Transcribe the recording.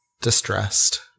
distressed